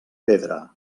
pedra